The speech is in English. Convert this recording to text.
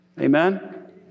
Amen